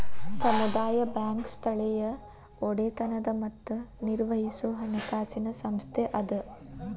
ಸಮುದಾಯ ಬ್ಯಾಂಕ್ ಸ್ಥಳೇಯ ಒಡೆತನದ್ ಮತ್ತ ನಿರ್ವಹಿಸೊ ಹಣಕಾಸಿನ್ ಸಂಸ್ಥೆ ಅದ